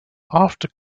after